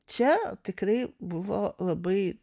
čia tikrai buvo labai